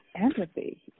empathy